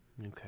okay